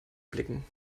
blicken